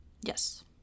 Yes